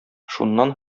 шуннан